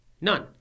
None